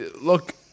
look